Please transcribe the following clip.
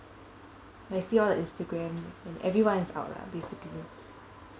like see all the Instagram and everyone's out lah basically